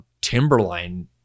Timberline